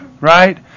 right